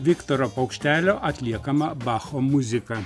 viktoro paukštelio atliekama bacho muzika